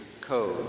code